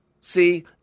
See